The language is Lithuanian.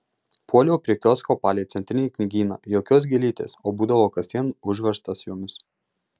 puoliau prie kiosko palei centrinį knygyną jokios gėlytės o būdavo kasdien užverstas jomis